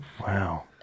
Wow